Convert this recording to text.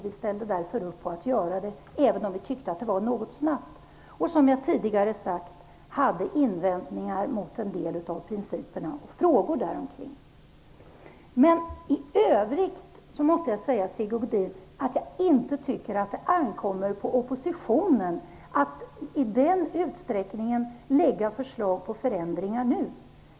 Vi ställde därför upp på den, även om vi tyckte att det gick snabbt och hade invändningar mot en del av principerna och frågorna däromkring. Men i övrigt -- det måste jag säga till Sigge Godin -- ankommer det enligt min mening inte på oppositionen att i den utsträckningen lägga fram förslag till förändringar nu.